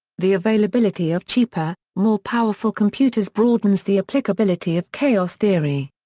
the availability of cheaper, more powerful computers broadens the applicability of chaos theory.